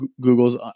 Google's